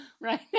right